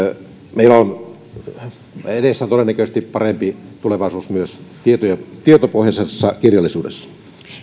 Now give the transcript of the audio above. meillä on edessä todennäköisesti parempi tulevaisuus myös tietopohjaisessa kirjallisuudessa